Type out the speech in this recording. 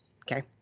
Okay